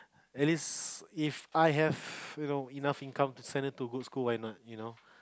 Alice If I have enough income to send her to good school you know why not